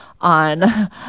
on